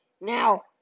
Now